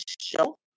show